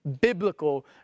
biblical